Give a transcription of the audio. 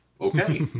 okay